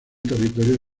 territorio